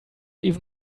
even